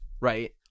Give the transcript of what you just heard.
right